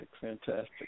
fantastic